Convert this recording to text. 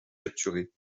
capturés